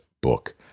book